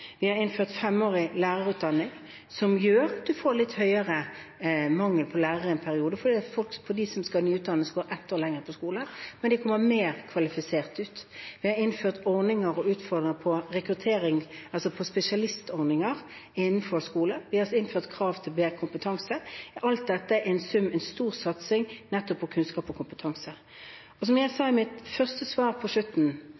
Vi har innført femårig lærerutdanning, som gjør at vi får en litt større mangel på lærere i en periode, fordi de som skal nyutdannes, går ett år lenger på skole, men de kommer ut mer kvalifiserte. Vi har innført spesialistordninger i skolen. Vi har innført krav til bedre kompetanse. Alt dette er i sum en stor satsing på nettopp kunnskap og kompetanse. Som jeg